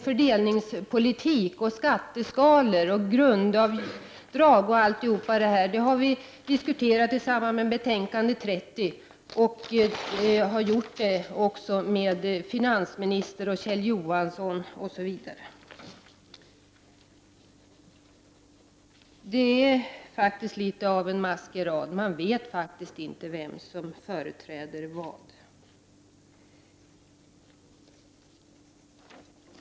Fördelningspolitik, skatteskalor, grundavdrag och allt detta har vi diskuterat i samband med betänkande 30, och vi har gjort det med finansministern, Kjell Johansson m.fl. Det är faktiskt litet av en maskerad. Man vet inte vem som företräder vad.